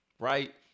right